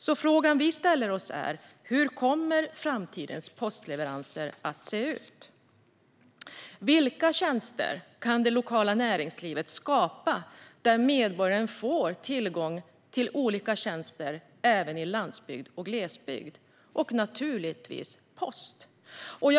Så frågorna vi ställer oss är: Hur kommer framtidens postleveranser att se ut? Vilka tjänster kan det lokala näringslivet skapa för att medborgaren ska få tillgång till olika tjänster även på landsbygden och i glesbygd, naturligtvis även post?